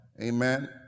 amen